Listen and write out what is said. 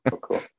Cool